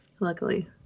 Luckily